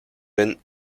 bin